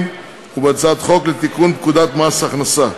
ובהצעת חוק לתיקון פקודת מס הכנסה.